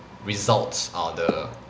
results are the